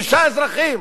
שישה אזרחים,